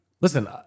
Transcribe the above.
Listen